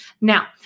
Now